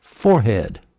forehead